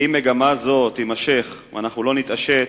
אם מגמה זו תימשך ואנחנו לא נתעשת,